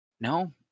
No